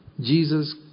Jesus